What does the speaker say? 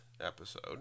episode